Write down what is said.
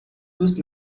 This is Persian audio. دوست